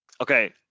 Okay